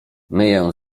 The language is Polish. myję